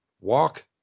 walk